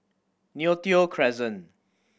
Neo Tiew Crescent